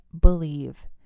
believe